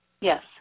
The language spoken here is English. Yes